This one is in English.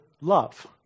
love